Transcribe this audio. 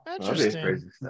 interesting